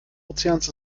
ozeans